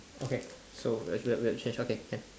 okay so as we're we're change okay can